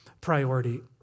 priority